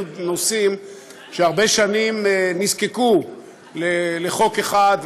נושאים שהרבה שנים נזקקו לחוק אחד,